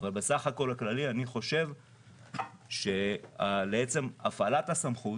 אבל בסך הכול אני חושב שעצם הפעלת הסמכות